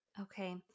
Okay